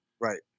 right